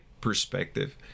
perspective